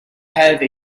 have